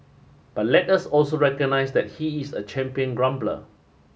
but let us also recognize that he is a champion grumbler